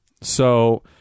so-